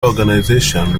organization